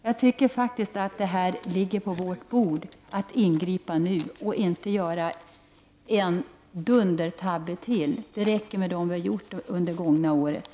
Den här frågan ligger på riksdagens bord, och vi bör ingripa nu, i stället för att göra en dundertabbe till — det räcker med dem som vi har gjort under det gångna året.